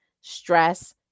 stress